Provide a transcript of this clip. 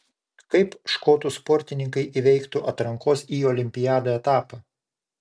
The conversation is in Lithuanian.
kaip škotų sportininkai įveiktų atrankos į olimpiadą etapą